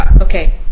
Okay